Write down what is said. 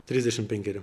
trisdešim penkeri